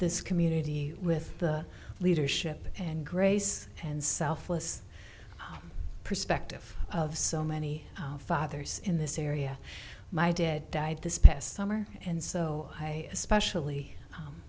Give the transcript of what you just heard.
this community with the leadership and grace and selfless perspective of so many fathers in this area my dad died this past summer and so i especially